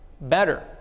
better